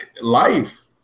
Life